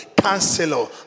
counselor